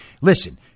listen